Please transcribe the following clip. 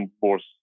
force